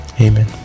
Amen